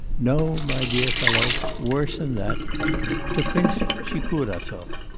no, my dear fellow, worse than that to prince tchikurasov.